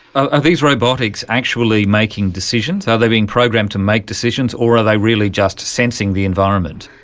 are these robotics actually making decisions, are they being programed to make decisions, or are they really just sensing the environment?